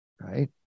right